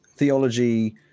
Theology